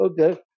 okay